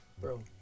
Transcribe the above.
Bro